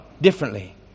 differently